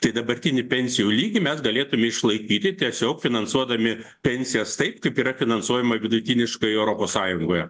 tai dabartinį pensijų lygį mes galėtume išlaikyti tiesiog finansuodami pensijas taip kaip yra finansuojama vidutiniškai europos sąjungoje